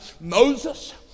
Moses